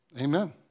Amen